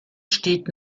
steht